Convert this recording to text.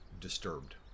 disturbed